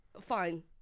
Fine